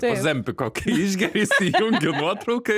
ozempiko kai išgeri įsijungi nuotrauką